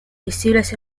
visibles